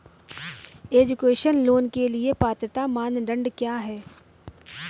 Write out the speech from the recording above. Education loan के लिए पात्रता मानदंड क्या है?